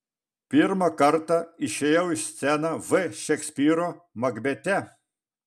pirmą kartą išėjau į sceną v šekspyro makbete